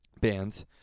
bands